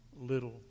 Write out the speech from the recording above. little